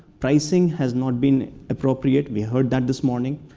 pricing has not been appropriate, we heard that this morning.